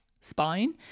spine